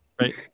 Right